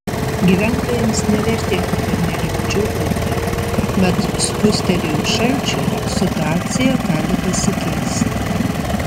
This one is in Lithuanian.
gyventojams nevertėtų pernelyg džiūgauti mat spustelėjus šalčiui situacija gali pasikeisti